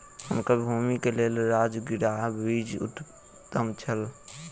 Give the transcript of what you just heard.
हुनकर भूमि के लेल राजगिरा बीज उत्तम छल